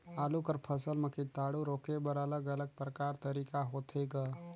आलू कर फसल म कीटाणु रोके बर अलग अलग प्रकार तरीका होथे ग?